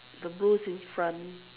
the goose in front